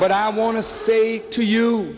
but i want to say to you